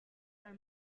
are